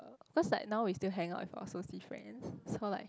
cause like now we still hang out with our soci friends so like